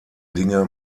dinge